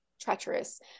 treacherous